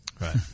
Right